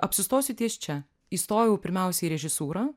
apsistosiu ties čia įstojau pirmiausiai į režisūrą